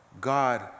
God